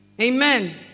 Amen